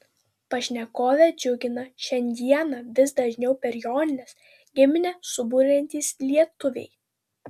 pašnekovę džiugina šiandieną vis dažniau per jonines giminę suburiantys lietuviai